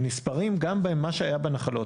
נספרים בהם גם מה שהיה בנחלות.